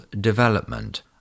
development